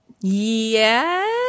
Yes